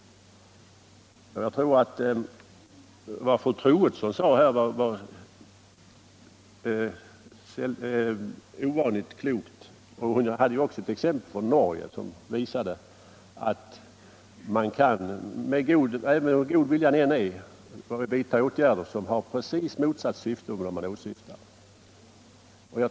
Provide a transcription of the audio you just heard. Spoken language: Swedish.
Vad fru Troedsson här sade tyckte jag var ovanligt klokt. Hon tog ett exempel från Norge, som visade hur man trots god vilja kan vidta åtgärder som får precis motsatt effekt mot vad man åsyftade.